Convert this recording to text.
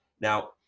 Now